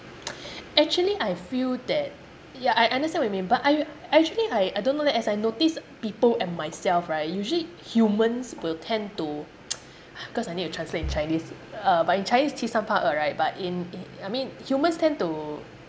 actually I feel that yeah I understand what you mean but I I actually I don't know leh as I notice people and myself right usually humans will tend to cause I need to translate in chinese uh but in chinese 欺善怕恶 right but in in I mean humans tend to